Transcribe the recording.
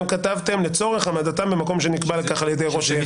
אתם כתבתם "לצורך העמדתם במקום שנקבע לכך על ידי ראש העירייה".